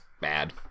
bad